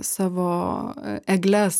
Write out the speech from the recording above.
savo egles